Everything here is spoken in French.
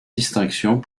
distinctions